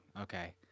Okay